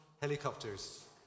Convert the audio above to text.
helicopters